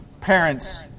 parents